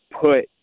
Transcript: put